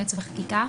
ייעוץ וחקיקה.